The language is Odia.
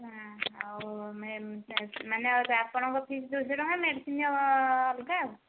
ହଁ ଆଉ ମ୍ୟାମ୍ ମାନେ ହଉଛି ଆପଣଙ୍କ ଫିସ ଦୁଇଶହ ଟଙ୍କା ଆଉ ମେଡ଼ିସିନ ଆଉ ଅଲଗା ଆଉ